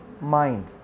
mind